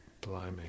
Blimey